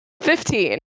Fifteen